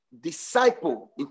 disciple